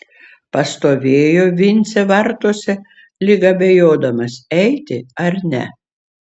pastovėjo vincė vartuose lyg abejodamas eiti ar ne